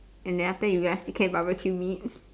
and then after that you ask to care barbecue meat